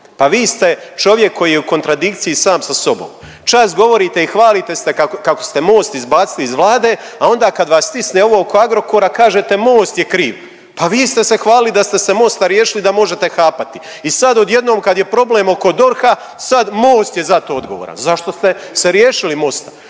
pa vi ste čovjek koji je u kontradikciji sam sa sobom, čas govorite i hvalite se kako ste Most izbacili iz Vlade, a onda kad vas stisne ovo oko Agrokora kažete Most je kriv. Pa vi ste se hvalili da ste se Mosta riješiti da možete hapati i sad odjednom kad je problem oko DORH-a sad Most je za to odgovoran. Zašto ste se riješili Mosta?